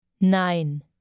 Nein